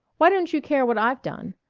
why don't you care what i've done?